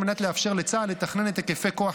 על מנת לאפשר לצה"ל לתכנן את היקפי כוח